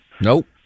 Nope